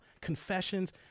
confessions